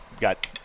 got